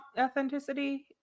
authenticity